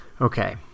Okay